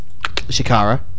Shikara